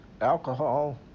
alcohol